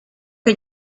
que